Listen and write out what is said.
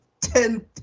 Ten